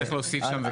צריך להוסיף שם,